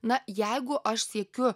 na jeigu aš siekiu